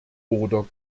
oder